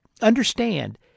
understand